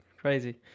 crazy